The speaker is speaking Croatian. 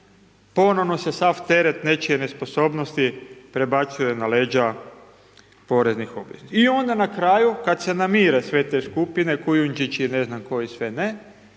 ponovno se sav teret nečije nesposobnosti prebacuje na leđa poreznih obveznika i onda na kraju kad se namire sve te skupine, Kujundžić i ne znam koje sve ne,